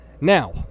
Now